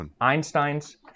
Einstein's